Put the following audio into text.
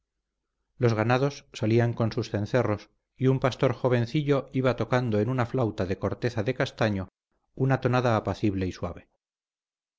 los ganados salían con sus cencerros y un pastor jovencillo iba tocando en una flauta de corteza de castaño una tonada apacible y suave